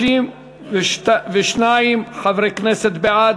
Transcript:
32 חברי כנסת בעד,